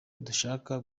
dushaka